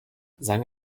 sang